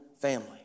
family